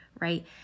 right